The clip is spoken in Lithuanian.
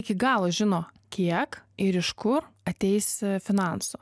iki galo žino kiek ir iš kur ateis finansų